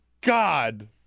God